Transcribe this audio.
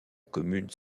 commune